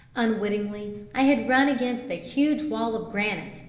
unwittingly i had run against a huge wall of granite,